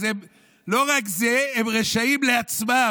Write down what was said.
אז לא רק זה, הם רשעים לעצמם.